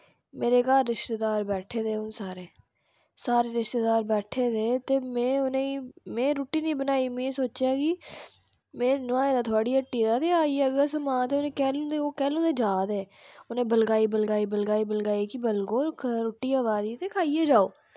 मेरे घर रिश्तेदार बैठे दे हून सारे सारे रिश्तेदार बैठे दे ते में उ'नेंई में रुट्टी निं बनाई में सोचेआ कि में नोहाए दा थोआढ़ी हट्टी दा ते आई जाहगा समान ते कैह्लूं दे ओह् ते कैह्लूं दे ओह् जा दे उ'नेंई बलगाई बलगाई बलगाई बलगाई कि बल्गो रुट्टी अवा दी ते खाइयै जाओ